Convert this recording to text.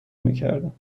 میکردم